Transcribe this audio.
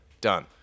done